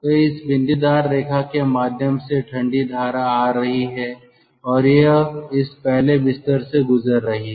तो इस बिंदीदार रेखा के माध्यम से ठंडी धारा आ रही है और यह इस पहले बिस्तर से गुजर रही है